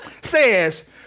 says